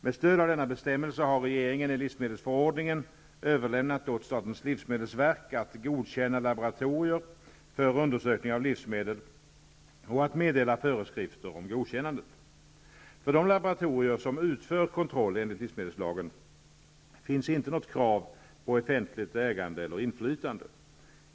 Med stöd av denna bestämmelse har regeringen i livsmedelsförordningen överlämnat åt statens livsmedelsverk att godkänna laboratorier för undersökning av livsmedel och att meddela föreskrifter om godkännandet. För de laboratorier som utför kontroll enligt livsmedelslagen finns inte något krav på offentligt ägande eller inflytande.